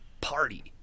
party